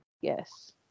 Yes